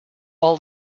all